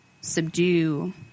Subdue